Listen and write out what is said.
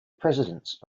presidents